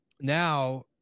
now